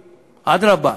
אדרבה,